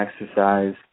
exercise